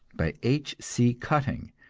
by h. c. cutting,